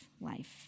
life